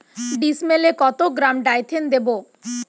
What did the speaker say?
ডিস্মেলে কত গ্রাম ডাইথেন দেবো?